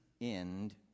end